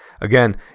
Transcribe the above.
Again